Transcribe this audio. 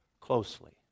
closely